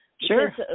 sure